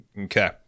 Okay